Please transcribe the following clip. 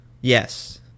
Yes